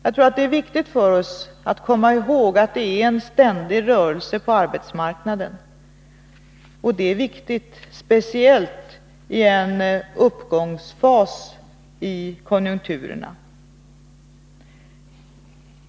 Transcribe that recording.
Jag tror att det är viktigt för oss att komma ihåg att det är en ständig rörelse på arbetsmarknaden. Det är viktigt speciellt i en uppgångsfas i konjunkturerna.